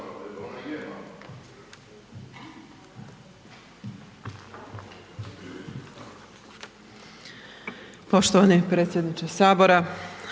Hvala.